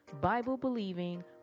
Bible-believing